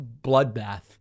bloodbath